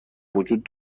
وجود